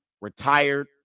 retired